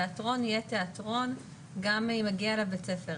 תיאטרון יהיה תיאטרון גם אם מגיע אליו בית ספר.